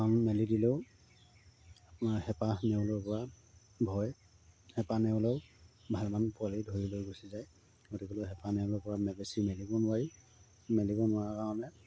মেলি দিলেও আপোনাৰ হেঁপা নেউলৰ পৰা ভয় হেঁপা নেউলেও ভালেমান পোৱালি ধৰি লৈ গুচি যায় গতিকেলৈ হেঁপা নেউলৰ পৰা মে বেছি মেলিব নোৱাৰি মেলিব নোৱাৰা কাৰণে